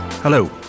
Hello